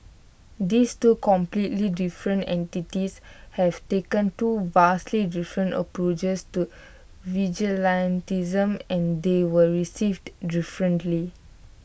these two completely different entities have taken two vastly different approaches to vigilantism and they were received differently